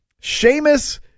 Sheamus